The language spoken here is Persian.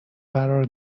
قرار